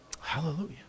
Hallelujah